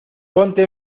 ponte